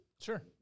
Sure